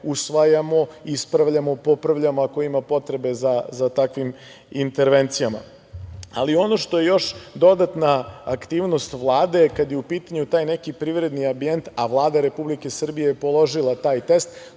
usvajamo, ispravljamo, popravljamo ako ima potrebe za takvim intervencijama. Ali, ono što je još dodatna aktivnost Vlade kada je u pitanju taj neki privredni ambijent, a Vlada Republike Srbije je položila taj test,